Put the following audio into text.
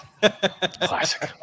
Classic